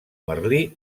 merlí